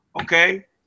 Okay